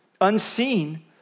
unseen